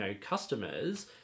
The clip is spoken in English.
customers